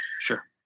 Sure